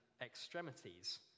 extremities